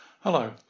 Hello